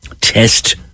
test